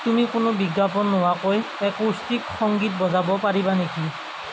তুমি কোনো বিজ্ঞাপন নোহোৱাকৈ একৌষ্টিক সংগীত বজাব পাৰিবা নেকি